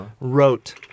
wrote